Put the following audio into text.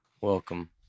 Welcome